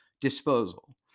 disposal